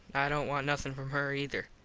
i dont want nothin from her ether.